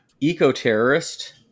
eco-terrorist